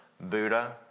Buddha